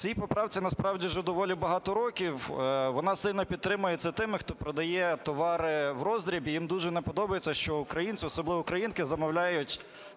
Цій поправці насправді вже доволі багато років, вона сильно підтримується тими, хто продає товари вроздріб, і їм дуже не подобається, що українці, а особливо українки, замовляють